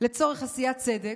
לצורך עשיית צדק,